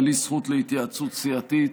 בלי זכות להתייעצות סיעתית